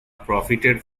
profited